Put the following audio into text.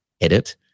edit